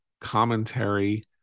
Commentary